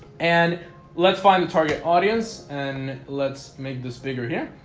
and let's find the target audience and let's make this bigger here.